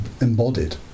embodied